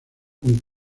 con